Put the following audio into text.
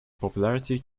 popularity